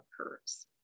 occurs